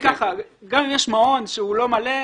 אם יש מעון שהוא לא מלא,